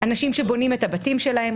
אנשים שבונים את הבתים שלהם,